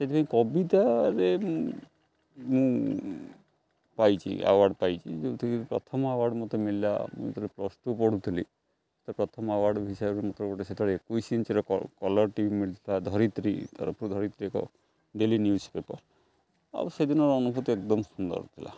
ସେଥିପାଇଁ କବିତାରେ ମୁଁ ମୁଁ ପାଇଛି ଆୱାର୍ଡ଼୍ ପାଇଛି ଯେଉଁଥିକି ପ୍ରଥମ ଆୱାର୍ଡ଼୍ ମୋତେ ମିିଳିଲା ମୁଁ ଯେତବେଳେ ପ୍ଲସ୍ ଟୁ ପଢ଼ୁଥିଲି ପ୍ରଥମ ଆୱାର୍ଡ଼୍ ହିସାବରେ ମୋତେ ଗୋଟେ ସେତେବେଳେ ଏକୋଇଶ ଇଞ୍ଚ୍ର କଲର୍ଟି ମିଳୁଥିଲା ଧରିତ୍ରୀ ତରଫରୁ ଧରିତ୍ରୀ ଏକ ଡେଲି ନ୍ୟୁଜ୍ ପେପର୍ ଆଉ ସେଦିନର ଅନୁଭୂତି ଏକ୍ଦମ୍ ସୁନ୍ଦର ଥିଲା